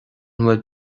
bhfuil